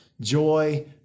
joy